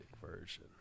version